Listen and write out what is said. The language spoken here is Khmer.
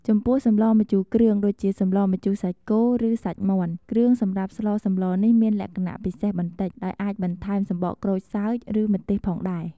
ចំពោះសម្លម្ជូរគ្រឿង ដូចជា សម្លម្ជូរសាច់គោ ឬសាច់មាន់ គ្រឿងសម្រាប់ស្លសម្លនេះមានលក្ខណៈពិសេសបន្តិច ដោយអាចបន្ថែម សំបកក្រូចសើច ឬម្ទេស ផងដែរ។